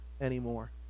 anymore